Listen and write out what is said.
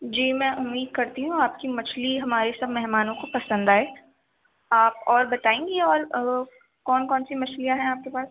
جی میں امید کرتی ہوں آپ کی مچھلی ہماری سب مہمانوں کو پسند آئے آپ اور بتائیں گی اور کون کون سی مچھلیاں ہیں آپ کے پاس